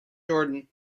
jordan